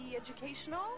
educational